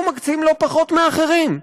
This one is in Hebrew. אנחנו מקצים לא פחות מאחרים.